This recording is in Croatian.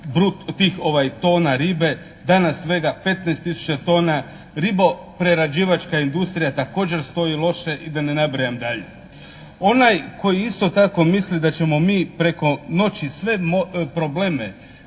tisuća tih tona ribe, danas svega 15 tisuća tona. Ribo prerađivačka industrija također stoji loše i da ne nabrajam dalje. Onaj koji isto tako misli da ćemo mi preko noći sve probleme